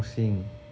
我忠心